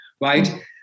right